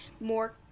more